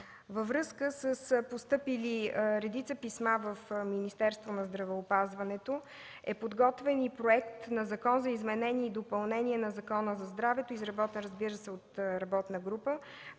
Във връзка с постъпили редица писма в Министерството на здравеопазването е подготвен и Законопроект за изменение и допълнение на Закона за здравето, изработен, разбира се, от работна група.